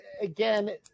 Again